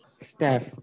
Staff